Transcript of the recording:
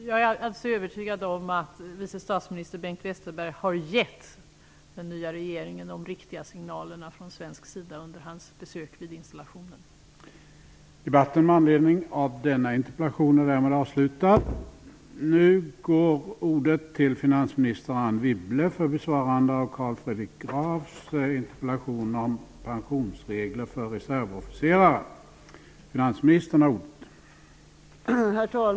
Jag är alldeles övertygad om att vice statsminister Bengt Westerberg vid sitt besök i samband med presidentinstallationen har gett den nya regeringen de riktiga signalerna från svensk sida.